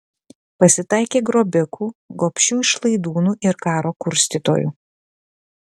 pasitaikė grobikų gobšių išlaidūnų ir karo kurstytojų